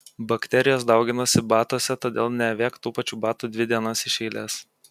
bakterijos dauginasi batuose todėl neavėk tų pačių batų dvi dienas iš eilės